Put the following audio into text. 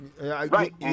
Right